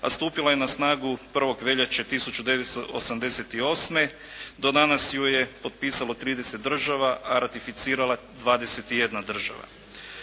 a stupila je na snagu 1. veljače 1988.. Do danas ju je potpisalo 30 država a ratificirala 21 država.